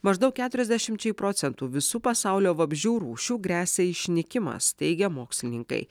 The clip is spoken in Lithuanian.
maždaug keturiasdešimčiai procentų visų pasaulio vabzdžių rūšių gresia išnykimas teigia mokslininkai